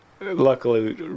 luckily